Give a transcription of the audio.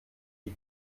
die